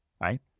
right